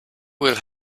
will